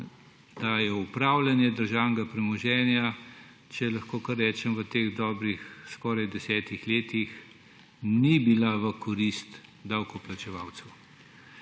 da upravljanje državnega premoženja v teh dobrih skoraj desetih letih ni bilo v korist davkoplačevalcev.